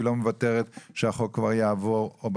והיא לא מוותרת על כך שהחוק יעבור כולו,